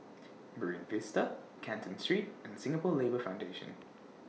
Marine Vista Canton Street and Singapore Labour Foundation